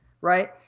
right